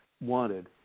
wanted